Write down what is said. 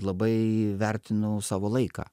labai vertinu savo laiką